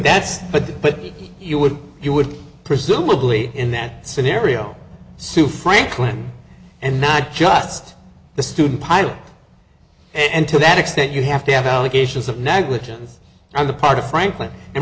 that's but but you would you would presumably in that scenario sue franklin and not just the student pilot and to that extent you have to have allegations of negligence on the part of franklin